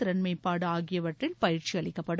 திறன்மேம்பாடு ஆகியவற்றில் பயிற்சி அளிக்கப்படும்